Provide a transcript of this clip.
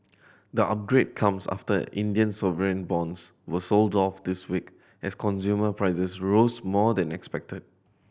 the upgrade comes after Indian sovereign bonds were sold off this week as consumer prices rose more than expected